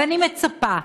ואני מצפה,